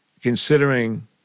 considering